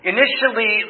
Initially